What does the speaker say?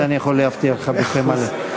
זה אני יכול להבטיח לך בפה מלא.